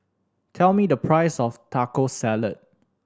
tell me the price of Taco Salad